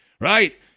right